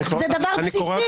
זה דבר בסיסי.